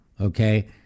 okay